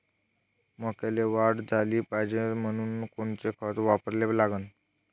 मक्याले वाढ झाली पाहिजे म्हनून कोनचे खतं वापराले लागन?